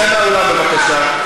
תצא מהאולם, בבקשה.